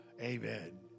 Amen